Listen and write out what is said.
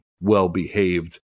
well-behaved